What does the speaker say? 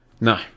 No